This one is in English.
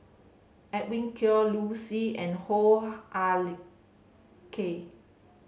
Edwin Koek Liu Si and Hoo Ah Kay